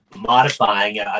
modifying